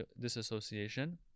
disassociation